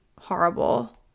horrible